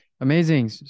Amazing